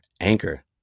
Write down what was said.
Anchor